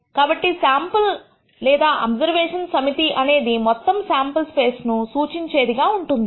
కాబట్టి శాంపుల్ లేదా అబ్సర్వేషన్స్ సమితి అనేది మొత్తం శాంపుల్ స్పేస్ ను సూచించేది గా ఉంది